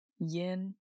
Yin